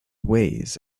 ways